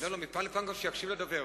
מפעם לפעם שיקשיב לדובר.